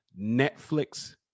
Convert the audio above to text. Netflix